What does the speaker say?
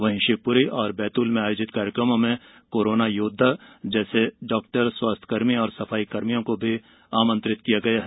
वहीं शिवपुरी और बैतूल में आयोजित कार्यक्रमों में कोरोना योद्वा जैसे डाक्टर स्वास्थ्यकर्मी और सफाईकर्मियों को आमंत्रित किया गया है